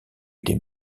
des